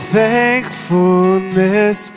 thankfulness